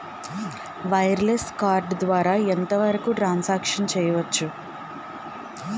Wireless card ద్వారా ఎంత వరకు ట్రాన్ సాంక్షన్ చేయవచ్చు?